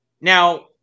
Now